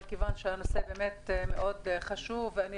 אבל כיוון שהנושא חשוב מאוד ואני